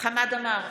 חמד עמאר,